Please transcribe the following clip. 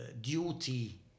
duty